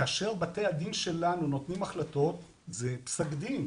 כאשר בתי הדין שלנו נותנים החלטות זה פסק דין.